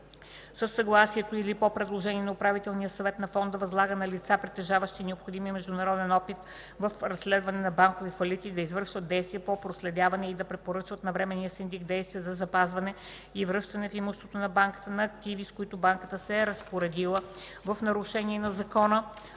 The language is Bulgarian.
със съгласието или по предложение на управителния съвет на фонда възлага на лица, притежаващи необходимия международен опит в разследване на банкови фалити, да извършват действия по проследяване и да препоръчват на временния синдик действия за запазване и връщане в имуществото на банката на активи, с които банката се е разпоредила в нарушение на закона,